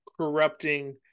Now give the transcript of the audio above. corrupting